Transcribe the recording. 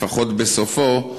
לפחות בסופו,